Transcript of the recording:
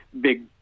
big